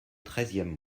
treizième